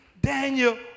Daniel